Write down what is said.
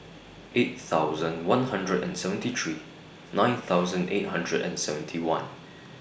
eight thousand one hundred and seventy three nine thousand eight hundred and seventy one